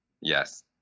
Yes